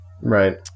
Right